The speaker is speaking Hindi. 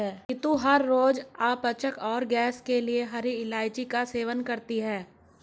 रितु हर रोज अपच और गैस के लिए हरी इलायची का सेवन करती है